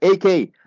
AK